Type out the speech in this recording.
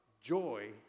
joy